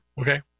Okay